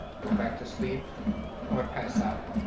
go back to sleep or pass out,